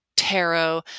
tarot